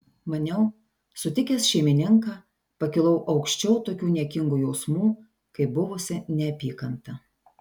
maniau sutikęs šeimininką pakilau aukščiau tokių niekingų jausmų kaip buvusi neapykanta